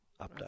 update